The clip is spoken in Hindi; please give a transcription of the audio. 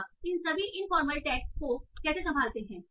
तो आप इन सभी इनफॉर्मल टेक्स्टस को कैसे संभालते हैं